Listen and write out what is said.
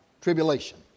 tribulation